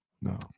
no